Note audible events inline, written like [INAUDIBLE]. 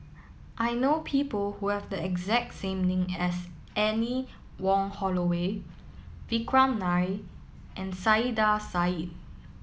I know people who have the exact name as Anne Wong Holloway Vikram Nair and Saiedah [UNINTELLIGIBLE]